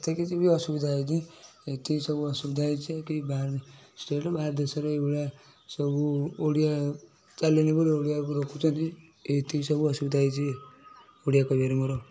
ଏତେ କିଛି ବି ଅସୁବିଧା ହୋଇନି ଏତିକି ସବୁ ଅସୁବିଧା ହୋଇଛି କି ବାହାରେ ଷ୍ଟେଟ୍ ବାହାର ଦେଶରେ ଏଇ ଭଳିଆ ସବୁ ଓଡ଼ିଆ ଚାଲେନି ବୋଲି ଓଡ଼ିଆକୁ ରଖୁଛନ୍ତି ଏହି ଏତିକି ସବୁ ଅସୁବିଧା ହୋଇଛି ଓଡ଼ିଆ କହିବାରେ ମୋର